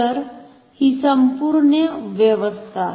तर ही संपुर्ण व्यवस्था आहे